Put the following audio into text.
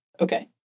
Okay